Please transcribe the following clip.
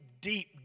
deep